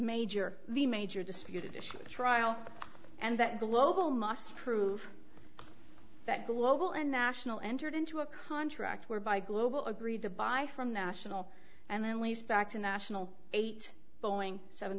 major the major disputed issue in the trial and that global must prove that global and national entered into a contract whereby global agreed to buy from national and then lease back to national eight boeing seven